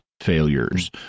failures